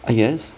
I guess